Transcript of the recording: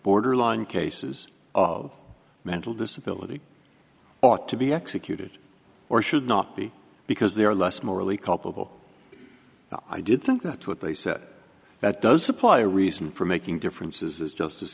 borderline cases of mental disability ought to be executed or should not be because they are less morally culpable i did think that what they said that does supply a reason for making differences is justice